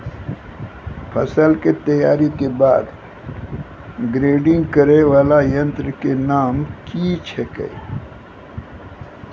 फसल के तैयारी के बाद ग्रेडिंग करै वाला यंत्र के नाम की छेकै?